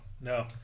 no